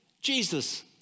Jesus